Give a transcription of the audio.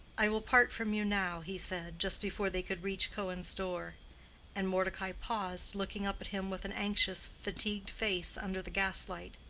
i will part from you now, he said, just before they could reach cohen's door and mordecai paused, looking up at him with an anxious fatigued face under the gaslight.